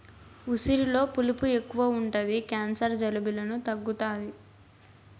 ఉసిరిలో పులుపు ఎక్కువ ఉంటది క్యాన్సర్, జలుబులను తగ్గుతాది